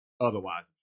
otherwise